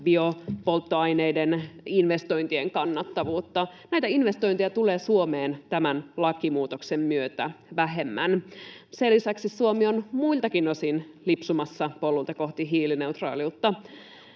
biopolttoaineiden investointien kannattavuutta. Näitä investointeja tulee Suomeen tämän lakimuutoksen myötä vähemmän. Sen lisäksi Suomi on muiltakin osin lipsumassa polulta kohti hiilineutraaliutta.